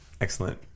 Excellent